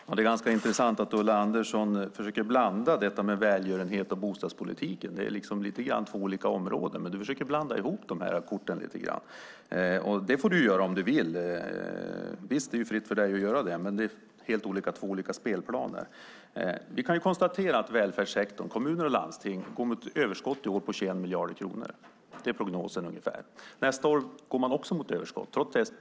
Fru talman! Det är ganska intressant att Ulla Andersson försöker blanda ihop välgörenhet och bostadspolitik. Det är lite grann två olika områden. Men du försöker blanda ihop korten lite grann. Det får du göra om du vill; det är fritt för dig att göra det. Men det är två olika spelplaner. Vi kan konstatera att välfärdssektorn, kommuner och landsting, går mot överskott i år på 21 miljarder kronor. Det är ungefär prognosen. Nästa år går man också mot överskott.